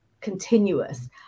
continuous